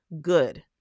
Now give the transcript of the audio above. good